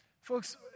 Folks